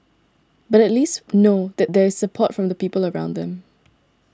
but at least know that there is support from the people around them